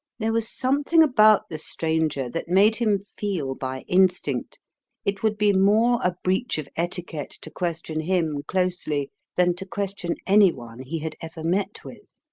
there was something about the stranger that made him feel by instinct it would be more a breach of etiquette to question him closely than to question any one he had ever met with.